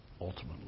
ultimately